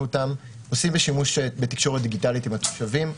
עושות שימוש בתקשורת דיגיטלית עם התושבים,